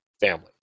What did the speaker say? family